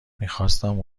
میخواستم